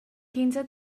quinze